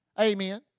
Amen